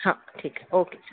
हां ठीक आहे ओके